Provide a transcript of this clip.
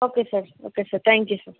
okay sir okay sir thank you sir